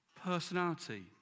personality